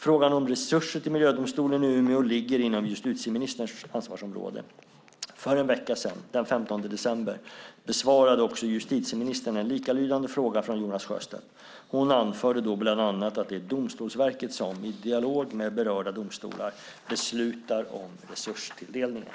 Frågan om resurser till Miljödomstolen i Umeå ligger inom justitieministerns ansvarsområde. För en vecka sedan, den 15 december, besvarade också justitieministern en likalydande fråga från Jonas Sjöstedt. Hon anförde då bland annat att det är Domstolsverket som, i dialog med berörda domstolar, beslutar om resurstilldelningen.